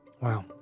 Wow